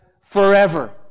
forever